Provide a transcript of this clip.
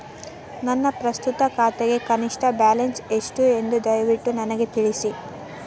ನನ್ನ ಪ್ರಸ್ತುತ ಖಾತೆಗೆ ಕನಿಷ್ಟ ಬ್ಯಾಲೆನ್ಸ್ ಎಷ್ಟು ಎಂದು ದಯವಿಟ್ಟು ನನಗೆ ತಿಳಿಸಿ